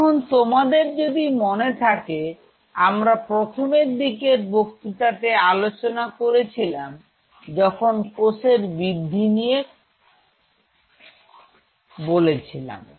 এখন তোমাদের যদি মনে থাকে আমরা প্রথমের দিকে বক্তৃতাতে আলোচনা করেছিলাম যখন কোষের বৃদ্ধি নিয়ে বলেছিলাম